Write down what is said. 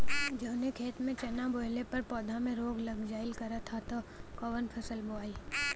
जवने खेत में चना बोअले पर पौधा में रोग लग जाईल करत ह त कवन फसल बोआई?